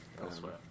Elsewhere